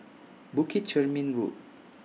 Bukit Chermin Road